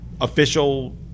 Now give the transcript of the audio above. official